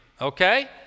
okay